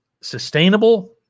sustainable